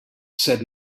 said